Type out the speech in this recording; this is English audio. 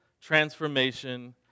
transformation